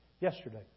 Yesterday